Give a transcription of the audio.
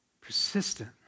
Persistent